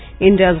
India's